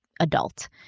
adult